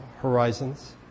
horizons